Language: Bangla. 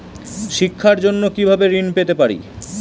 শিক্ষার জন্য কি ভাবে ঋণ পেতে পারি?